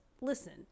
listen